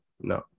No